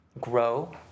grow